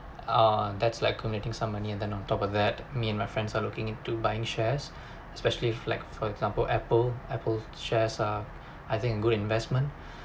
ah that's like committing some money and then on top of that me and my friends are looking into buying shares especially flagged for example Apple Apple shares ah I think a good investment